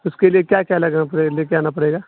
اس کے لیے کیا کیا لے کے آنا پڑے گا